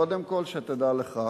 קודם כול שתדע לך,